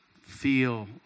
feel